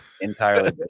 entirely